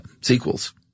sequels